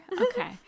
Okay